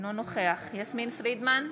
אינו נוכח יסמין פרידמן,